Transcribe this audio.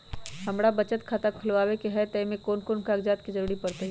हमरा बचत खाता खुलावेला है त ए में कौन कौन कागजात के जरूरी परतई?